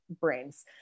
brains